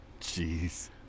Jeez